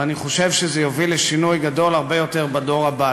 ואני חושב שזה יוביל לשינוי גדול הרבה יותר בדור הבא.